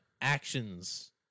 actions